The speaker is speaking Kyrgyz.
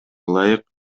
ылайык